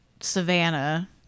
Savannah